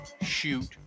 shoot